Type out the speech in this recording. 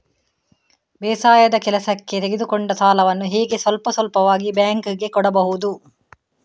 ಬೇಸಾಯದ ಕೆಲಸಕ್ಕೆ ತೆಗೆದುಕೊಂಡ ಸಾಲವನ್ನು ಹೇಗೆ ಸ್ವಲ್ಪ ಸ್ವಲ್ಪವಾಗಿ ಬ್ಯಾಂಕ್ ಗೆ ಕೊಡಬಹುದು?